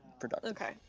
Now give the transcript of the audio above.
productive. okay.